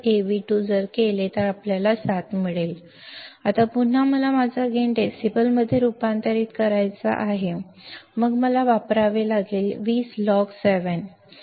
136 7 आता पुन्हा मला माझा गेन डेसिबलमध्ये रूपांतरित करायचा आहे मग मला वापरावे लागेल 20 log जे मला 16